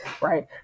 right